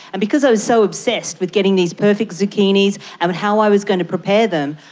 and because i was so obsessed with getting these perfect zucchinis and how i was going to prepare them,